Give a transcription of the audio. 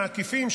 העקיפים,